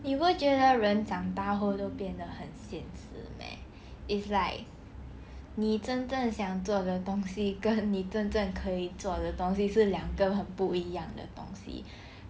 你会觉得人长大后都变得很现实 meh it's like 你真正想做的东西跟你真正可以做的东西是两个很不一样的东西